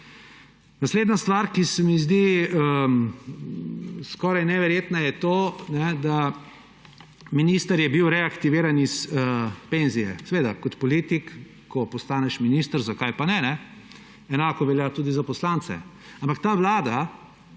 Naslednja stvar, ki se mi zdi skoraj neverjetna, je to, da je bil minister reaktiviran iz penzije. Seveda, kot politik, ko postaneš minister, zakaj pa ne? Enako velja tudi za poslance. Ampak ta vlada